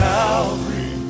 Calvary